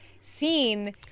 seen